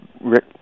Rick